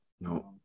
No